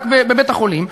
רק בבית-החולים.